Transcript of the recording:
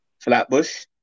Flatbush